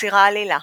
תקציר העלילה